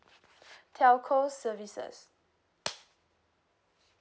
telco services